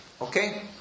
Okay